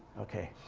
okay.